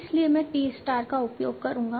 इसलिए मैं t star का उपयोग करूंगा